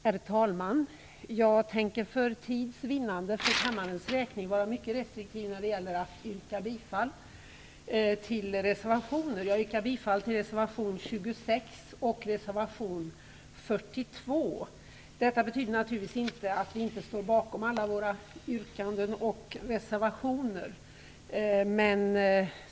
Herr talman! Jag tänker för tids vinnande vara mycket restriktiv när det gäller att yrka bifall till reservationer. Jag yrkar bifall till reservation 26 och reservation 42. Det betyder naturligtvis inte att vi inte står bakom alla våra yrkanden och reservationer.